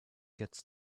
gets